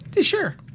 Sure